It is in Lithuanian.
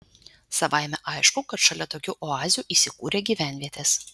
savaime aišku kad šalia tokių oazių įsikūrė gyvenvietės